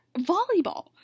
volleyball